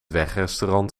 wegrestaurant